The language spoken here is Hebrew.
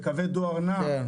בקווי דואר נע,